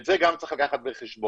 את זה גם צריך לקחת בחשבון,